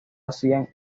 hacían